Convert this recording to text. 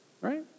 right